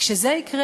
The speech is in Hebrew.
כשזה יקרה,